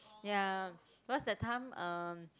ya cause that time um